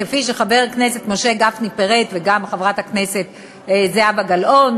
כפי שחבר הכנסת משה גפני פירט וגם חברת הכנסת זהבה גלאון,